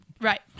Right